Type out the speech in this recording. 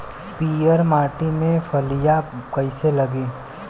पीयर माटी में फलियां कइसे लागी?